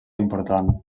important